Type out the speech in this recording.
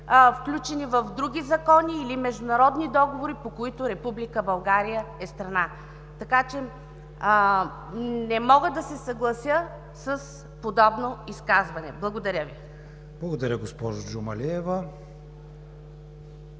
включени в други закони или международни договори, по които Република България е страна. Така че не мога да се съглася с подобно изказване. Благодаря Ви. ПРЕДСЕДАТЕЛ